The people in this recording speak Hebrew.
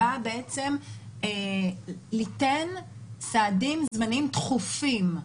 באה בעצם ליתן סעדים זמניים דחופים,